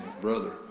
brother